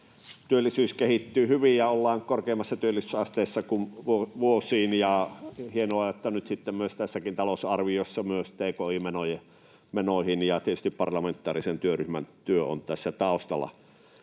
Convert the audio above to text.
Työllisyys kehittyy hyvin ja ollaan korkeammassa työllisyysasteessa kuin vuosiin. Hienoa, että nyt sitten tässäkin talousarviossa myös panostetaan tki-menoihin, ja tietysti parlamentaarisen työryhmän työ on tässä taustalla.